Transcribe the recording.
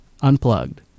Unplugged